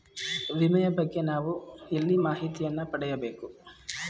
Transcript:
ವಿಮೆಯ ಬಗ್ಗೆ ನಾವು ಎಲ್ಲಿ ಮಾಹಿತಿಯನ್ನು ಪಡೆಯಬೇಕು?